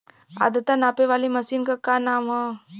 आद्रता नापे वाली मशीन क का नाव बा?